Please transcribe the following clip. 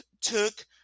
took